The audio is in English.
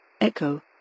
Echo